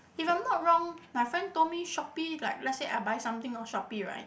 if I'm not wrong my friend told me Shopee like let's say I buy something on Shopee right